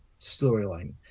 storyline